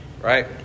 Right